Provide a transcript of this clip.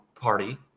party